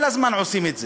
כל הזמן עושים את זה.